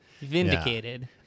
vindicated